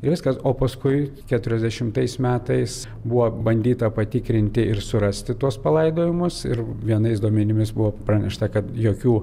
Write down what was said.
ir viskas o paskui keturiasdešimtais metais buvo bandyta patikrinti ir surasti tuos palaidojimus ir vienais duomenimis buvo pranešta kad jokių